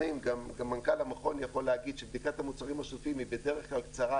מנכ"ל המכון גם יכול להגיד שבדיקת המוצרים השוטפים בדרך כלל קצרה,